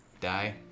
Die